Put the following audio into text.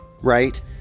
right